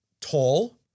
tall